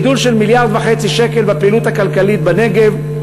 גידול של מיליארד וחצי שקל בפעילות הכלכלית בנגב,